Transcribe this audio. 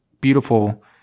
beautiful